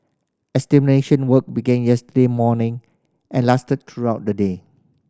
extermination work began yesterday morning and lasted through the day